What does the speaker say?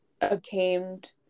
obtained